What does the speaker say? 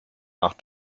nach